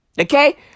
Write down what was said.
Okay